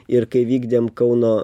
ir kai vykdėm kauno